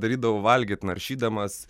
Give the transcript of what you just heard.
darydavau valgyt naršydamas